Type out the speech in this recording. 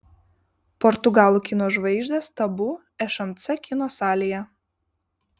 portugalų kino žvaigždės tabu šmc kino salėje